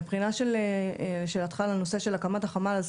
מהבחינה של הקמת החמ"ל,